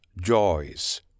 joys